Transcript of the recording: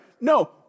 No